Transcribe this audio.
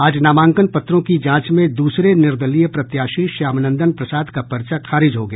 आज नामांकन पत्रों की जांच में द्रसरे निर्दलीय प्रत्याशी श्याम नंदन प्रसाद का पर्चा खारिज हो गया